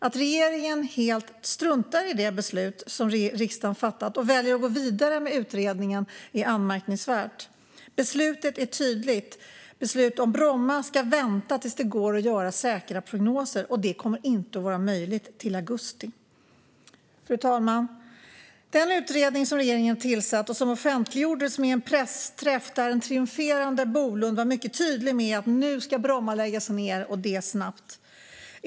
Att regeringen helt struntar i det beslut som riksdagen fattat och väljer att gå vidare med utredningen är anmärkningsvärt. Beslutet är tydligt: Beslut om Bromma ska vänta tills det går att göra säkra prognoser, och det kommer inte att vara möjligt till augusti. Fru talman! Den utredning som regeringen tillsatt offentliggjordes vid en pressträff där en triumferande Bolund var mycket tydlig med att Bromma flygplats skulle läggas ned och det snabbt.